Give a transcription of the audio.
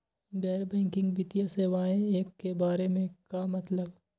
गैर बैंकिंग वित्तीय सेवाए के बारे का मतलब?